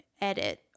edit